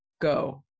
go